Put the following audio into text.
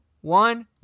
one